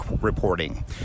reporting